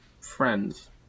friends